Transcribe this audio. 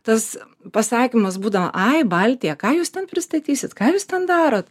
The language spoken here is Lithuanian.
tas pasakymas būdavo ai baltija ką jūs ten pristatysit ką jūs ten darot